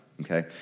Okay